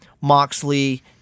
Moxley